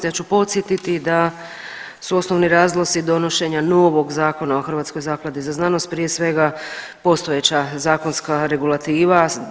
Ja ću podsjetiti da su osnovni razlozi donošenja novog Zakona o Hrvatskoj zakladi za znanost postojeća zakonska regulativa.